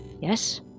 Yes